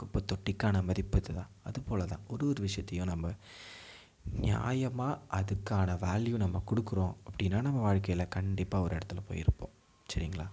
குப்பைத் தொட்டிக்கான மதிப்பு இது தான் அது போல தான் ஒரு ஒரு விஷயத்தையும் நம்ம ஞாயமாக அதுக்கான வேல்யூ நம்ம கொடுக்குறோம் அப்படினா நம்ம வாழ்க்கையில் கண்டிப்பாக ஒரு இடத்துல போய் இருப்போம் சரிங்களா